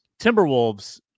Timberwolves